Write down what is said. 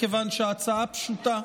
מכיוון שההצעה פשוטה.